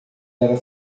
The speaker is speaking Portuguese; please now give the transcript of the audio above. era